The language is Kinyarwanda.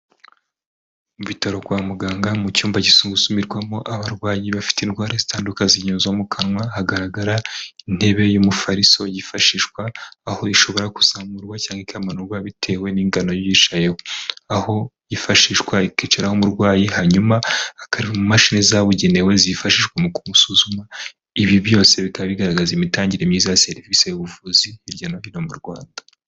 Mu bitaro kwa muganga mu cyumba gisusurwamo abarwayi bafite indwara zitandukanye zo mu kanwa, hagaragara intebe y'umufariso yifashishwa aho ishobora kuzamurwa cyaangwa ikamanrwa bitewe n'ingano y'uyicayeyo, aho yifashishwa ikicaraho umurwayi hanyuma akareba mu mashini zabugenewe zifashishwa mu gusuzuma. Ibi byose bikaba bigaragaza imitangire myiza ya serivisi y'ubuvuzi hirya no hino mu Rwanda.